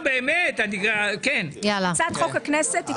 בהצעת החוק.